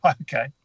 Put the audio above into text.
Okay